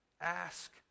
ask